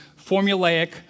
formulaic